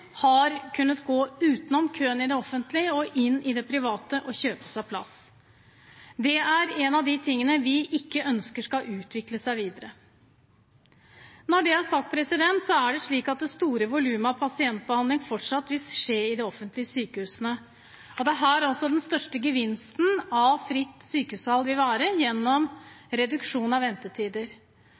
har økonomiske muligheter, har kunnet gå utenom køen i det offentlige og inn i det private og kjøpe seg plass. Det er en av de tingene vi ikke ønsker skal utvikle seg videre. Når det er sagt, er det slik at det store volumet av pasientbehandling fortsatt vil skje i de offentlige sykehusene. Det er altså her den største gevinsten av fritt sykehusvalg vil være, gjennom reduksjon av ventetider.